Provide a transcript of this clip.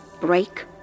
break